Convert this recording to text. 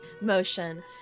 motion